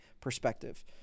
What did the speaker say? perspective